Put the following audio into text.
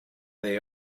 they